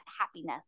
happiness